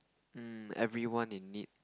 um everyone in need